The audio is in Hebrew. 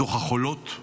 מתוך החולות,